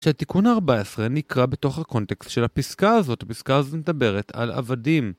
שהתיקון ה-14 נקרא בתוך הקונטקסט של הפסקה הזאת, הפסקה הזאת מדברת על עבדים.